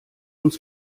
uns